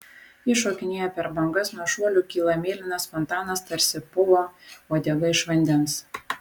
ji šokinėja per bangas nuo šuolių kyla mėlynas fontanas tarsi povo uodega iš vandens